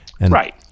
Right